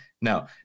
No